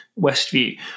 westview